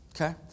Okay